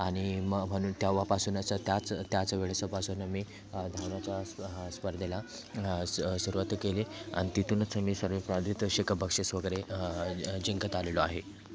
आणि मग म्हणून तेव्हापासूनच त्याच त्याच वेळेपासून मी धावण्याच्या स्पर्धेला स् सुरवात केली आणि तिथूनच मी सर्व पारितोषिक बक्षीस वगैरे जिंकत आलेलो आहे